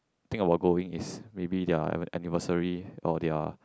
think about going is maybe their anniversary or their